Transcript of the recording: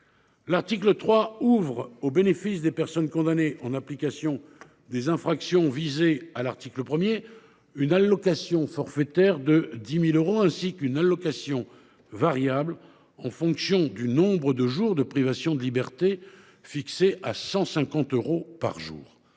L’article 3 crée, au bénéfice des personnes condamnées en application des infractions visées à l’article 1, une allocation forfaitaire d’un montant de 10 000 euros ainsi qu’une allocation variable en fonction du nombre de jours de privation de liberté, dont le montant